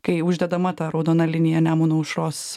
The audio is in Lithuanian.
kai uždedama ta raudona linija nemuno aušros